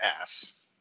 ass